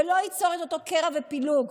ולא ייצור את אותו קרע ופילוג.